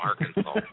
Arkansas